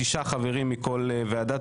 6 חברים מכל ועדה.